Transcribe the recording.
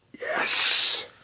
Yes